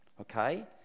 okay